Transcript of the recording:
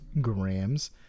grams